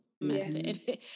method